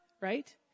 right